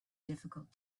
difficult